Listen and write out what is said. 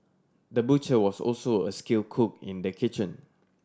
the butcher was also a skill cook in the kitchen